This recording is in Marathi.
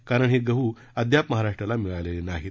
कारण हे गहू अद्याप महाराष्ट्राला मिळालेले नाहीत